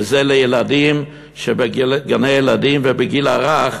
וזה לילדים בגני-ילדים ובגיל הרך,